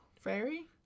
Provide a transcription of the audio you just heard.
fairy